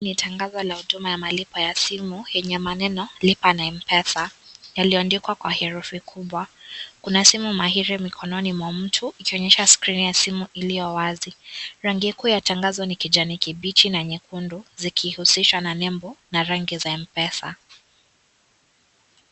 Tangazo ya huduma ya malipo ya simu yenye maneno , Lipa na Mpesa . Yaliyoandikwa kwa herufi kubwa . Kuna simu mahiri mkononi mwa mtu , ikionyesha skrini ya simu iliyo wazi . Rangi kuu ya tangazo ni kijani kibichi na nyekundu , zikihusishwa na nembo na rangi za Mpesa.